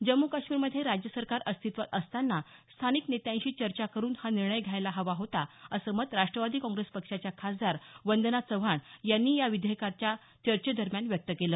जम्मू काश्मीरमध्ये राज्य सरकार अस्तित्वात असताना स्थानिक नेत्यांशी चर्चा करून हा निर्णय घ्यायला हवा होता असं मत राष्ट्रवादी काँग्रेस पक्षाच्या खासदार वंदना चव्हाण यांनी या विधेयकावरच्या चर्चेदरम्यान व्यक्त केलं